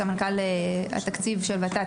סמנכ"ל התקצוב של ות"ת,